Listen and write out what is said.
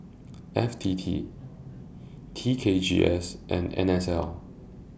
F T T T K G S and N S L